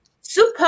super